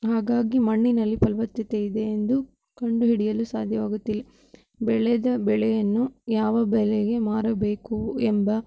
ಹಾಗಾಗಿ ಮಣ್ಣಿನಲ್ಲಿ ಫಲವತ್ತತೆ ಇದೆ ಎಂದು ಕಂಡುಹಿಡಿಯಲು ಸಾಧ್ಯವಾಗುತ್ತಿಲ್ಲ ಬೆಳೆದ ಬೆಳೆಯನ್ನು ಯಾವ ಬೆಲೆಗೆ ಮಾರಬೇಕು ಎಂಬ